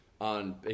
on